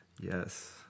Yes